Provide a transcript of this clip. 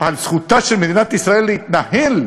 על זכותה של מדינת ישראל להתנהל,